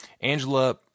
Angela